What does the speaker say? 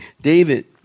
David